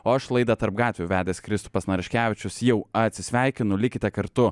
o aš laidą tarp gatvių vedęs kristupas naraškevičius jau atsisveikinu likite kartu